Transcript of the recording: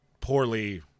poorly